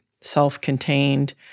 self-contained